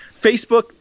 Facebook